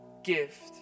gift